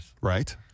Right